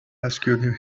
rescued